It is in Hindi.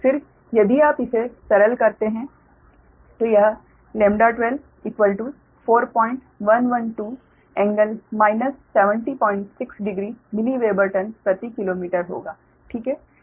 फिर यदि आप इसे सरल करते हैं तो यह λ12 4112 कोण minus 706 degree milliweber turn प्रति किलोमीटर होगा ठीक है